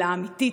אלא האמיתית.